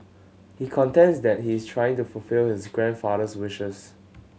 he contends that he is trying to fulfil his grandfather's wishes